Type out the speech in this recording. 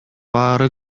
баары